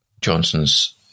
Johnson's